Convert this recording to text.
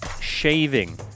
shaving